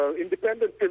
Independent